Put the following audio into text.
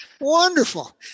wonderful